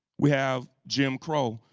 we have jim crow,